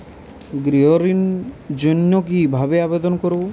গৃহ ঋণ জন্য কি ভাবে আবেদন করব?